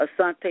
Asante